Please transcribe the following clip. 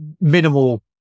minimal